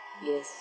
yes